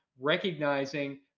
recognizing